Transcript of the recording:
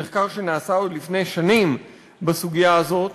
במחקר שנעשה עוד לפני שנים בסוגיה הזאת